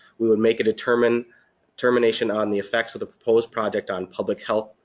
we would make a determination determination on the effects of the proposed project on public health,